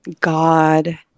God